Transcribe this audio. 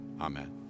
amen